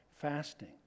fasting